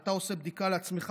כשאתה עושה בדיקה לעצמך,